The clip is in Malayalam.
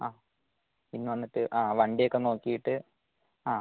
ആ ഇന്ന് വന്നിട്ട് ആ വണ്ടിയൊക്കെ നോക്കിയിട്ട് ആ